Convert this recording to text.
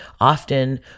often